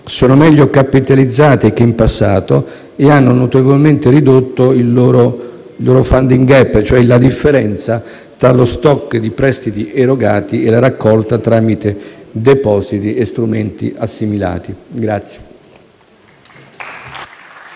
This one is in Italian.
sono meglio capitalizzate che in passato e hanno notevolmente ridotto il loro *funding gap* (differenza fra *stock* di prestiti erogati e raccolta tramite depositi e strumenti assimilati).